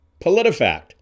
PolitiFact